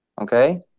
Okay